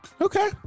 Okay